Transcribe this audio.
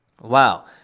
Wow